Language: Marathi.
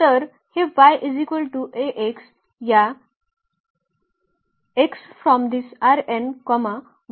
तर हे या वरून मॅपिंग करीत आहे